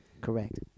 Correct